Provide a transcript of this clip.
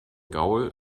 gaul